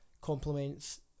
complements